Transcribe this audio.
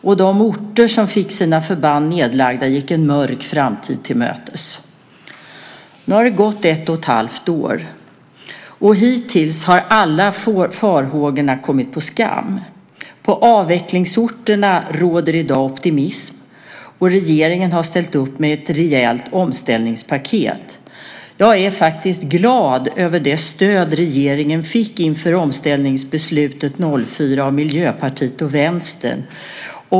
Och de orter som fick sina förband nedlagda gick en mörk framtid till mötes. Nu har det gått ett och ett halvt år. Hittills har alla farhågor kommit på skam. På avvecklingsorterna råder i dag optimism, och regeringen har ställt upp med ett rejält omställningspaket. Jag är faktiskt glad över det stöd regeringen fick inför omställningsbeslutet 2004 av Miljöpartiet och Vänstern.